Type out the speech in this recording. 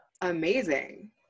Amazing